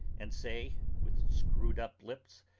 and say, with screwed-up lips,